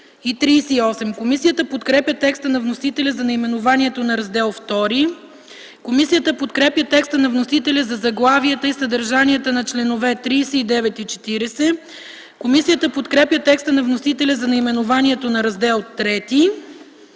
Комисията подкрепя текста на вносителя за наименованието на Раздел ІІ. Комисията подкрепя текста на вносителя за заглавията и съдържането на членове 25 и 26. Комисията подкрепя текста на вносителя за наименованието на Раздел